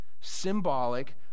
symbolic